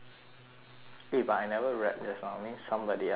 eh but I never rap just now means somebody else was rapping